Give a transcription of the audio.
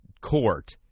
court